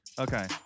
Okay